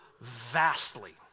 vastly